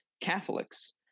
Catholics